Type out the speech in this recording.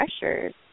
pressures